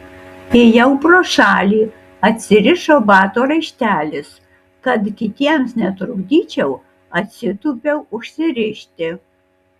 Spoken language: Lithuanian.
ėjau pro šalį atsirišo bato raištelis kad kitiems netrukdyčiau atsitūpiau užsirišti